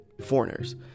foreigners